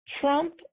Trump